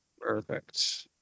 Perfect